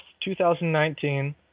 2019